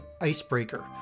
icebreaker